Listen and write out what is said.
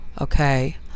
Okay